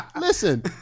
Listen